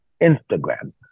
Instagram